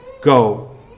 go